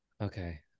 okay